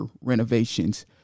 renovations